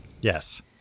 Yes